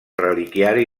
reliquiari